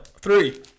three